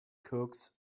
cooks